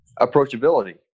approachability